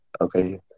Okay